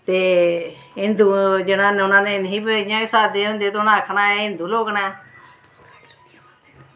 ते हिन्दु जिन्ना नै उनां नै नेईं ही इ'यां साद्दी होंदी ते उ'नें आखना एह् हिन्दु लोग न